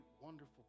wonderful